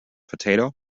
potato